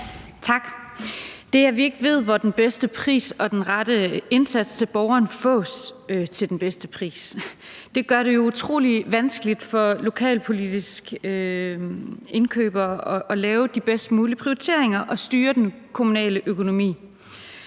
Tak. Det, at vi ikke ved, hvor den bedste pris og den rette indsats til borgeren fås til den bedste pris, gør det jo utrolig vanskeligt for lokalpolitiske indkøbere at lave de bedst mulige prioriteringer og styre den kommunale økonomi.